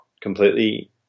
completely